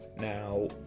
Now